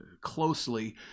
closely